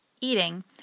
eating